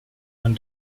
man